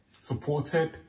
supported